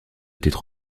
étaient